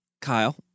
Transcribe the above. Kyle